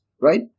right